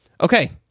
Okay